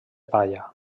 palla